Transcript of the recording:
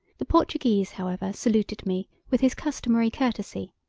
the portuguese, however, saluted me with his customary courtesy,